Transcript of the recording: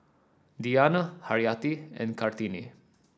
Diyana Haryati and Kartini